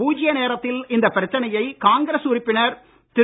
பூஜ்ய நேரத்தில் இந்தப் பிரச்சனையை காங்கிரஸ் உறுப்பினர் திரு